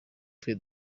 twe